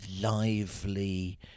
lively